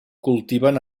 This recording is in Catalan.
cultiven